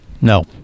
No